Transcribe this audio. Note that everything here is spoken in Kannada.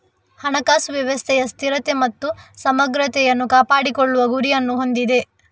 ಹಣಕಾಸು ವ್ಯವಸ್ಥೆಯ ಸ್ಥಿರತೆ ಮತ್ತು ಸಮಗ್ರತೆಯನ್ನು ಕಾಪಾಡಿಕೊಳ್ಳುವ ಗುರಿಯನ್ನು ಹೊಂದಿದೆ